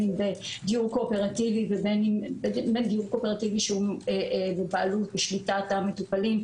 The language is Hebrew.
בדיור קואופרטיבי שהוא בשליטת המטופלים,